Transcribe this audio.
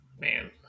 Man